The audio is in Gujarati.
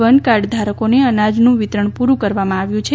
વન કાર્ડ ધારકોને અનાજનું વિતરણ પુરૂં કરવામાં આવ્યું છે